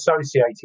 associated